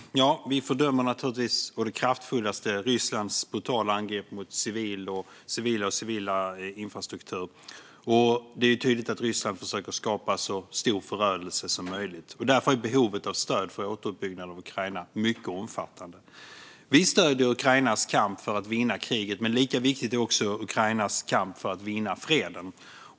Herr talman! Vi fördömer naturligtvis å det kraftfullaste Rysslands brutala angrepp mot civila och mot civil infrastruktur. Det är tydligt att Ryssland försöker skapa så stor förödelse som möjligt. Därför är behovet av stöd för återuppbyggnad av Ukraina mycket omfattande. Vi stöder Ukrainas kamp för att vinna kriget, men lika viktig är Ukrainas kamp för att vinna freden.